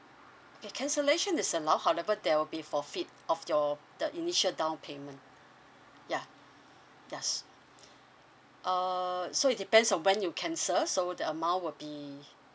cancellation is allowed however there'll be forfeit of your the initial down payment ya yes uh so it depends on when you can cancel so the amount will be